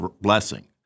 blessing